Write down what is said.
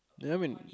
ya when